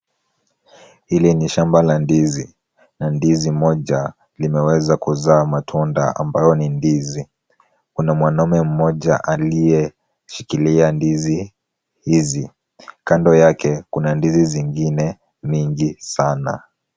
Hili ni shamba la ndizi na ndizi moja limeweza kuzaa matunda ambayo ni ndizi. Kuna mwanaume mmoja aliyeshikilia ndizi hizi. Kando yake, kuna ndizi zingine nyingi sana.